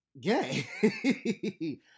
gay